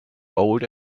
old